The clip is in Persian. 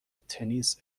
تنیس